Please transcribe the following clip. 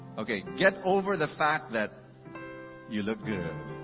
okay, get over the fact that you look good.